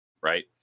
right